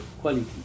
quality